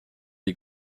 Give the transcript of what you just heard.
les